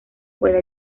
puede